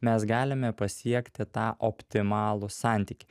mes galime pasiekti tą optimalų santykį